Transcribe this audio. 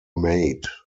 made